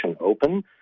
open